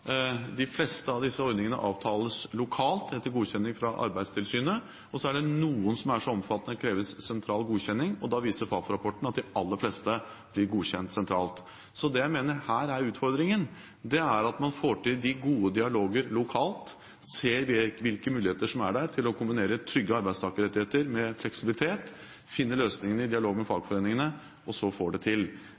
De fleste av disse ordningene avtales lokalt etter godkjenning fra Arbeidstilsynet. Så er det noen som er så omfattende at det kreves sentral godkjenning, og da viser Fafo-rapporten at de aller fleste blir godkjent sentralt. Så det jeg mener er utfordringen her, er at man får til de gode dialoger lokalt, ser hvilke muligheter som er der når det gjelder å kombinere trygge arbeidstakerrettigheter med fleksibilitet, finne løsninger i dialog med fagforeningene, og så får man det til.